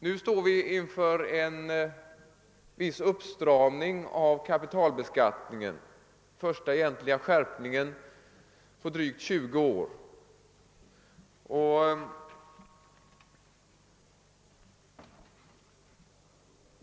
Nu står vi inför en viss uppstramning av kapitalbeskatiningen — den första egentliga skärpningen på drygt 20 år.